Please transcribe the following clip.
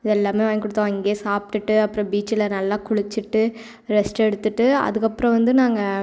இது எல்லாமே வாங்கி கொடுத்தாங்க அங்கேயே சாப்பிடுட்டு அப்புறம் பீச்சில் நல்லா குளிச்சிவிட்டு ரெஸ்ட் எடுத்துவிட்டு அதுக்கப்புறம் வந்து நாங்கள்